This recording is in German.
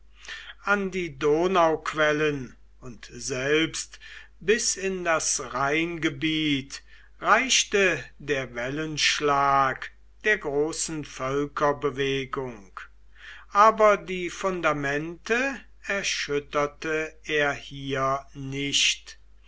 an die donauquellen und selbst bis in das rheingebiet reichte der wellenschlag der großen völkerbewegung aber die fundamente erschütterte er hier nicht